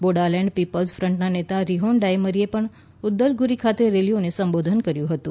Bodoland People's ફન્ટના નેતા રિહોન ડાઇમરીએ પણ ઉદલગુરી ખાતે રેલીઓને સંબોધન કર્યું હતું